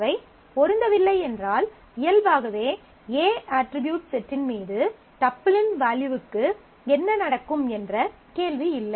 அவை பொருந்தவில்லை என்றால் இயல்பாகவே A அட்ரிபியூட் செட்டின் மீது டப்பிளின் வேல்யூக்கு என்ன நடக்கும் என்ற கேள்வி இல்லை